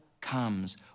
comes